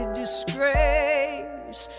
disgrace